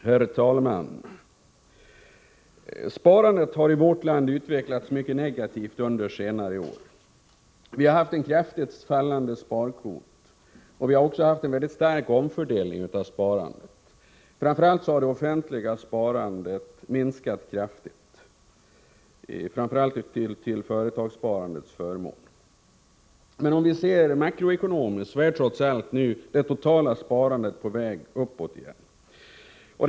Herr talman! Sparandet i vårt land har utvecklats mycket negativt under senare år. Vi har haft en kraftigt fallande sparkvot och en mycket stark omfördelning av sparandet. Framför allt har det offentliga sparandet minskat kraftigt, till förmån för speciellt företagssparandet. Men makroekonomiskt sett är sparandet nu på väg uppåt igen.